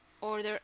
order